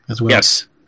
Yes